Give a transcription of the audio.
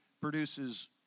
produces